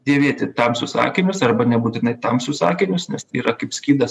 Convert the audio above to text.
dėvėti tamsius akinius arba nebūtinai tamsius akinius nes tai yra kaip skydas